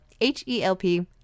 H-E-L-P